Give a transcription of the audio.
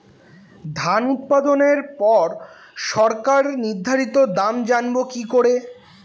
ধান উৎপাদনে পর সরকার নির্ধারিত দাম জানবো কি করে?